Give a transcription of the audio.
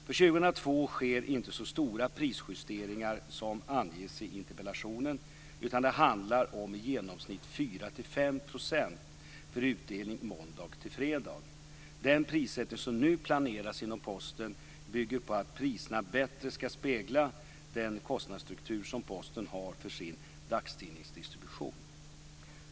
För 2002 sker inte så stora prisjusteringar som anges i interpellationen, utan det handlar om i genomsnitt 4 Den prissättning som nu planeras inom Posten bygger på att priserna bättre ska spegla den kostnadsstruktur som Posten har för sin dagstidningsdistribution.